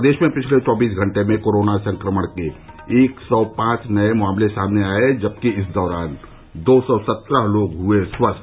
प्रदेश में पिछले चौबीस घंटे में कोरोना संक्रमण के एक सौ पांच नये मामले सामने आए जबकि इस दौरान दो सौ सत्रह लोग हुए स्वस्थ